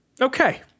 okay